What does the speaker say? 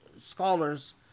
scholars